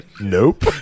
Nope